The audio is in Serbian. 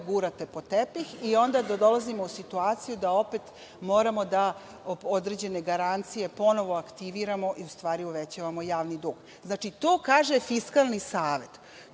gurate pod tepih i onda da dolazimo u situaciju da opet moramo da određene garancije ponovo aktiviramo i u stvari uvećavamo javni dug. Znači to kaže Fiskalni savet. To